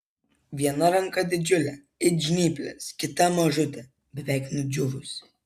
viena ranka didžiulė it žnyplės kita mažutė beveik nudžiūvusi